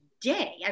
day